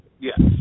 Yes